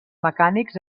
mecànics